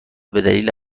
دلیل